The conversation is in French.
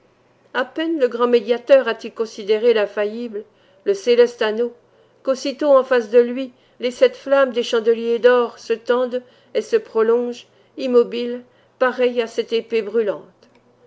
à peine le grand médiateur a-t-il considéré l'infaillible le céleste anneau qu'aussitôt en face de lui les sept flammes des chandeliers d'or se tendent et se prolongent immobiles pareilles à sept épées brûlantes